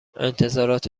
انتظارات